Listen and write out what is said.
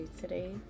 today